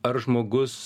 ar žmogus